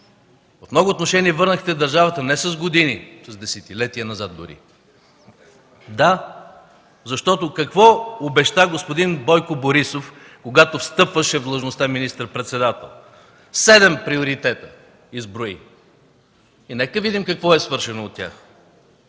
В много отношения върнахте държавата не с години, а с десетилетия дори! Да, защото какво обеща господин Бойко Борисов, когато встъпваше в длъжността министър-председател? Изброи седем приоритета. Нека видим какво е свършено от тях.